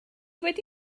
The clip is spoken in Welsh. wedi